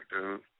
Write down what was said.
dude